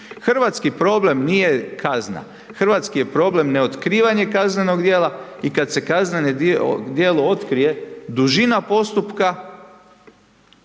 Hrvatski problem nije kazna, hrvatski je problem neotkrivanje kaznenog djela i kada se kazneno djelo otkrije dužina postupka